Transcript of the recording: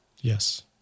Yes